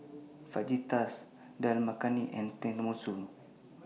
Fajitas Dal Makhani and Tenmusu